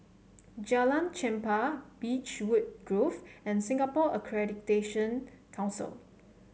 Jalan Chempah Beechwood Grove and Singapore Accreditation Council